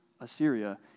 Assyria